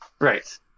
Right